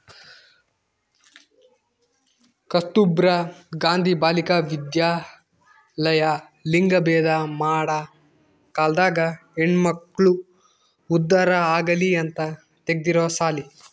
ಕಸ್ತುರ್ಭ ಗಾಂಧಿ ಬಾಲಿಕ ವಿದ್ಯಾಲಯ ಲಿಂಗಭೇದ ಮಾಡ ಕಾಲ್ದಾಗ ಹೆಣ್ಮಕ್ಳು ಉದ್ದಾರ ಆಗಲಿ ಅಂತ ತೆಗ್ದಿರೊ ಸಾಲಿ